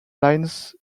lines